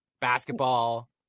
basketball